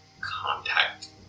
contact